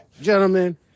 gentlemen